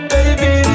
Baby